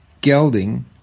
gelding